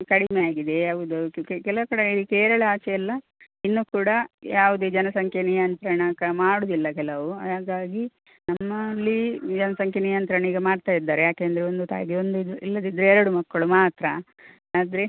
ಕಡಿಮೆ ಆಗಿದೆ ಹೌದ್ ಹೌದು ಕೆಲವು ಕಡೆ ಈ ಕೇರಳ ಆಚೆಯೆಲ್ಲ ಇನ್ನೂ ಕೂಡ ಯಾವುದೇ ಜನಸಂಖ್ಯೆ ನಿಯಂತ್ರಣ ಕ್ರಮ ಮಾಡೋದಿಲ್ಲ ಕೆಲವು ಹಾಗಾಗಿ ನಮ್ಮಲ್ಲಿ ಜನಸಂಖ್ಯೆ ನಿಯಂತ್ರಣ ಈಗ ಮಾಡ್ತ ಇದ್ದಾರೆ ಯಾಕೇಂದರೆ ಒಂದು ತಾಯಿಗೆ ಒಂದು ಇದು ಇಲ್ಲದಿದ್ದರೆ ಎರಡು ಮಕ್ಕಳು ಮಾತ್ರ ಆದರೆ